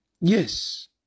Yes